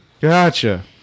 Gotcha